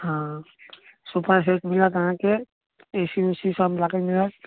हँ सोफासेट मिलत अहाँके ए सी ओसी सब लागल मिलत